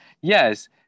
Yes